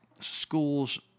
schools